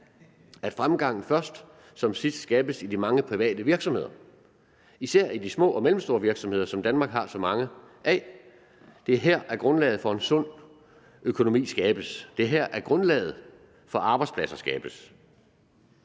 at fremgangen først som sidst skabes i de mange private virksomheder, især i de små og mellemstore virksomheder, som Danmark har så mange af. Det er her, grundlaget for en sund økonomi skabes. Det er her, grundlaget for arbejdspladser skabes.